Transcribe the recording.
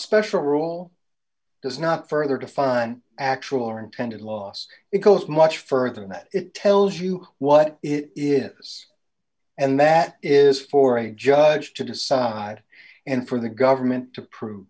special rule does not further define actual or intended loss because much further than that it tells you what it is and that is for a judge to decide and for the government to prove